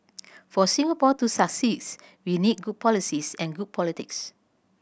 for Singapore to succeeds we need good policies and good politics